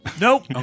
Nope